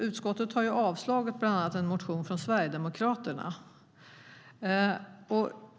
Utskottet har föreslagit avslag på bland annat en motion från Sverigedemokraterna.